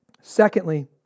Secondly